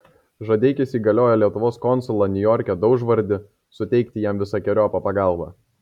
žadeikis įgaliojo lietuvos konsulą niujorke daužvardį suteikti jam visokeriopą pagalbą